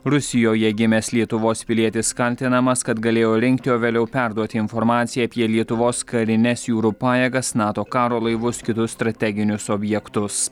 rusijoje gimęs lietuvos pilietis kaltinamas kad galėjo rinkti o vėliau perduoti informaciją apie lietuvos karines jūrų pajėgas nato karo laivus kitus strateginius objektus